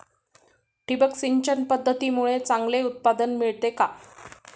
ठिबक सिंचन पद्धतीमुळे चांगले उत्पादन मिळते का?